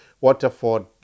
Waterford